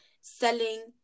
selling